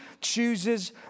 chooses